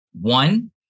one